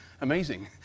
amazing